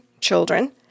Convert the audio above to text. children